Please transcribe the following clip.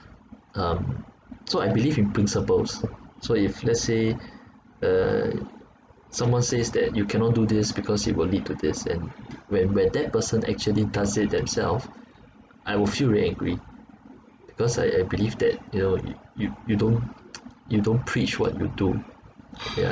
um so I believe in principles so if let's say uh someone says that you cannot do this because it will lead to this and when when that person actually does it themself I will feel very angry because I I believe that you know you you you don't you don't preach what you do yeah